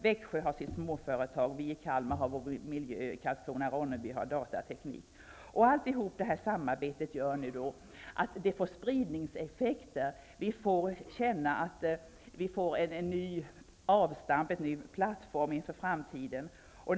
Växjö har sina småföretag, Kalmar har miljön och Karlskrona/Ronneby har datateknik. Hela detta samarbete får spridningseffekter. Vi känner att vi får ett nytt avstamp, en ny plattform inför framtiden.